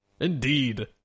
Indeed